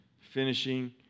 finishing